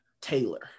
Taylor